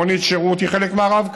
מונית השירות היא חלק מהרב-קו.